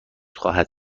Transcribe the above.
خواهد